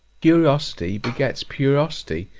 curiosity begets curiosity.